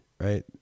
right